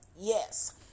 Yes